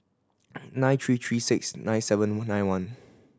nine three three six nine seven nine one